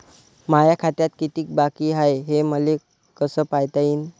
माया खात्यात कितीक बाकी हाय, हे मले कस पायता येईन?